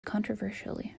controversially